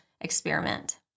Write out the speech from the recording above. experiment